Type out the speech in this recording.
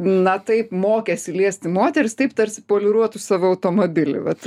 na taip mokėsi liesti moteris taip tarsi poliruotų savo automobilį vat